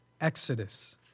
Exodus